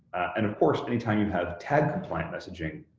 and of course anytime you have tag compliant messaging,